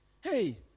Hey